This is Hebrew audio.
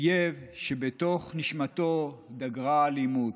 אויב שבתוך נשמתו דגרה אלימות,